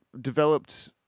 developed